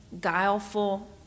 guileful